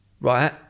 right